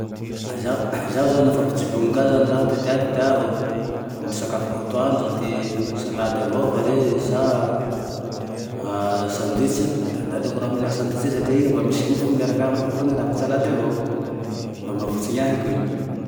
Zaho zane laha ampijobony ka zane zaho ty tea ty teao, amy ty sakafoo atoandro ty salady avao va re sa sandwiche, le aleoko raha mihina sandwich satria ie mba misy mofo miarak'amae fa roy ravin-tsalady avao, mba mahavontsine ahiko iny